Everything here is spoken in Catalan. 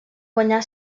guanyar